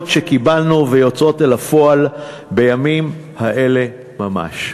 שקיבלנו והן יוצאות אל הפועל בימים האלה ממש.